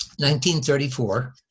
1934